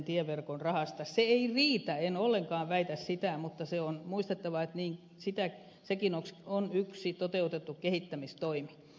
se ei riitä en ollenkaan väitä sitä mutta on muistettava että sekin on yksi toteutettu kehittämistoimi